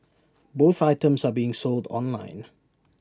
both items are being sold online